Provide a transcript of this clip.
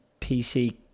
PC